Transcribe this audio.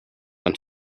and